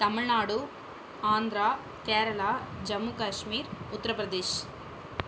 Tamil Nadu Andhra Kerala Jammu Kashmir Uttar Pradesh